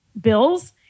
bills